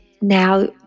now